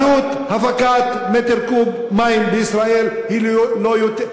עלות הפקת מטר קוב מים בישראל היא לא יותר,